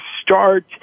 start